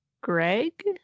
Greg